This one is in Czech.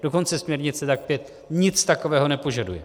Dokonce směrnice DAC 5 nic takového nepožaduje.